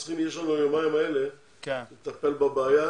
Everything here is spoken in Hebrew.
יש לנו היומיים האלה לטפל בבעיה,